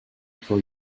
for